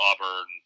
Auburn